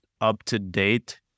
up-to-date